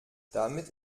damit